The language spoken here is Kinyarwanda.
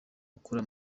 akora